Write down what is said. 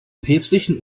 päpstlichen